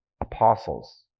apostles